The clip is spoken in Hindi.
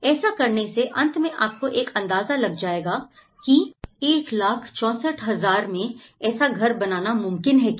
ऐसा करने से अंत में आपको एक अंदाजा लग जाएगा की 164000 मैं ऐसा घर बनाना मुमकिन है क्या